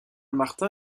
martin